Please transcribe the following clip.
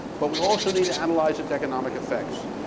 but we also need to analyze its economic effects.